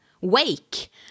wake